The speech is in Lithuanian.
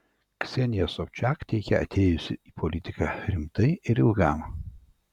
ksenija sobčiak teigia atėjusi į politiką rimtai ir ilgam